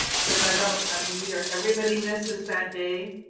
because i don't, i mean, either everybody misses that day,